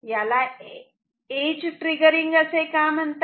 त्याला edge triggering असे का म्हणतात